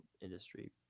industry